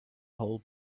whole